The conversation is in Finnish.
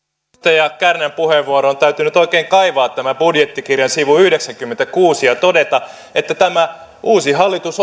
kärnän puheenvuoroon täytyy nyt oikein kaivaa tämä budjettikirjan sivu yhdeksänkymmentäkuusi ja todeta että tämä uusi hallitus